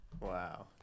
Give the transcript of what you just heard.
Wow